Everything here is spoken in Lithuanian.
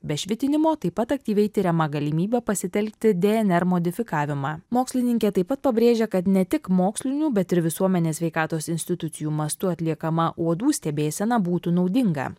be švitinimo taip pat aktyviai tiriama galimybė pasitelkti dnr modifikavimą mokslininkė taip pat pabrėžia kad ne tik mokslinių bet ir visuomenės sveikatos institucijų mastu atliekama uodų stebėsena būtų naudinga